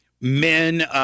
Men